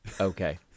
Okay